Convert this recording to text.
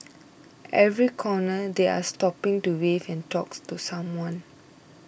every corner they are stopping to wave and talks to someone